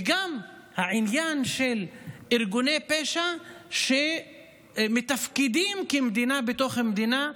וגם העניין של ארגוני פשע שמתפקדים כמדינה בתוך מדינה.